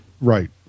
Right